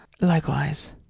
Likewise